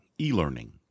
e-learning